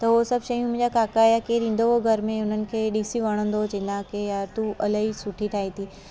त उहो सभु शयूं मुंहिंजा काका या केर ईंदो हुओ घर में उन्हनि खे ॾिसी वणंदो चवंदा के यार तूं इलाही सुठी ठाहीं थी